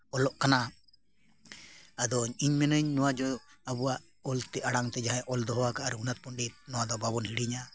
ᱚᱞᱚᱜ ᱠᱟᱱᱟ ᱟᱫᱚ ᱤᱧ ᱢᱮᱱᱟᱹᱧ ᱱᱚᱣᱟ ᱡᱮ ᱟᱵᱚᱣᱟᱜ ᱚᱞᱛᱮ ᱟᱲᱟᱝ ᱛᱮ ᱡᱟᱦᱟᱸᱭ ᱚᱞ ᱫᱚᱦᱚ ᱟᱠᱟᱫ ᱨᱚᱜᱷᱩᱱᱟᱛᱷ ᱯᱚᱱᱰᱤᱛ ᱱᱚᱣᱟ ᱫᱚ ᱵᱟᱵᱚᱱ ᱦᱤᱲᱤᱧᱟ